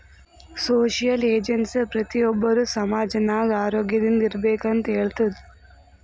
social agency ಪ್ರತಿ ಒಬ್ಬರು ಸಮಾಜ ನಾಗ್ ಆರೋಗ್ಯದಿಂದ್ ಇರ್ಬೇಕ ಅಂತ್ ಹೇಳ್ತುದ್